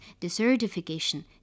desertification